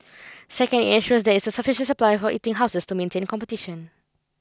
second it ensures there is a sufficient supply of eating houses to maintain competition